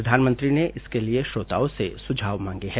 प्रधानमंत्री ने इसके लिए श्रोताओं से सुझाव मांगे हैं